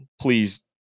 Please